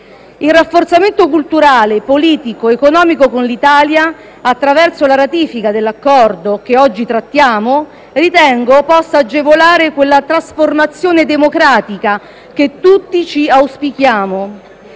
Il rafforzamento culturale, politico ed economico con l'Italia, attraverso la ratifica dell'Accordo che oggi trattiamo, ritengo possa agevolare quella trasformazione democratica che tutti auspichiamo.